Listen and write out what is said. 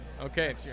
Okay